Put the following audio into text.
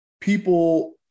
people